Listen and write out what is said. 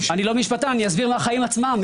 אסביר מהחיים עצמם.